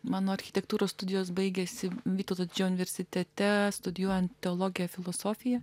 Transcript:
mano architektūros studijos baigėsi vytauto didžiojo universitete studijuojant teologiją filosofiją